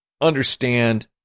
understand